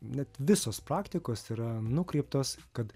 net visos praktikos yra nukreiptos kad